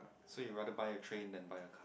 so you rather buy a train than buy a car